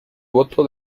voto